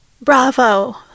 Bravo